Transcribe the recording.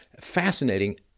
fascinating